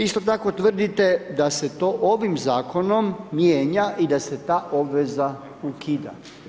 Isto tako tvrdite da se to ovim zakonom mijenja i da se ta obveza ukida.